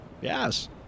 Yes